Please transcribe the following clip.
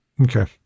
Okay